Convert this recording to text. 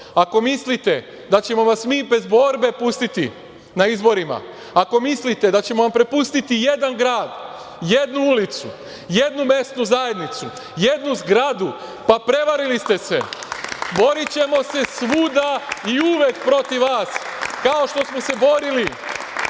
ako mislite da ćemo vas mi bez borbe pustiti na izborima, ako mislite da ćemo vam prepustiti jedan grad, jednu ulicu, jednu mesnu zajednicu, jednu zgradu, pa prevarili ste se. Borićemo se svuda i uvek protiv vas, kao što smo se borili